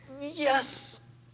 yes